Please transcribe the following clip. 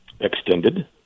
Extended